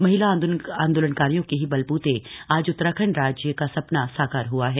महिला आंदोलनकारियों के ही बलबूते आज उत्तराखंड राज्य का सपना साकार हआ है